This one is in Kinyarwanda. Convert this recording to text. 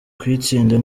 kuyitsinda